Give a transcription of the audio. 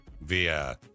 Via